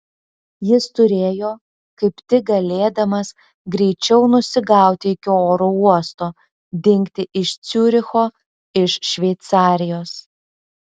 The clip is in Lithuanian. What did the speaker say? jis turėjo kaip tik galėdamas greičiau nusigauti iki oro uosto dingti iš ciuricho iš šveicarijos